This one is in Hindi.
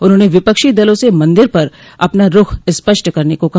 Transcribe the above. उन्होंने विपक्षी दलों से मंदिर पर अपना रूख स्पष्ट करने को कहा